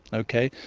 okay?